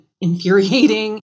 infuriating